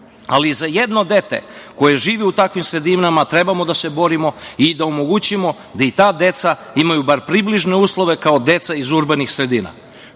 ali za jedno dete koje živi i takvim sredinama trebamo da se borimo i da omogućimo da i ta deca imaju bar približne uslove kao deca iz urbanih sredina. Škole